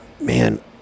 Man